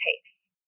takes